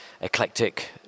eclectic